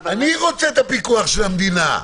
אני רוצה את הפיקוח של המדינה.